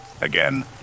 Again